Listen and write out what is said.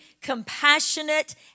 compassionate